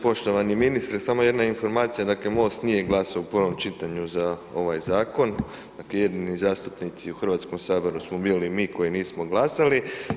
Poštovani ministre, samo jedna informacija, dakle MOST nije glasao u prvom čitanju za ovaj zakon, dakle jedini zastupnici u Hrvatskom saboru smo bili mi koji nismo glasali.